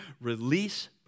release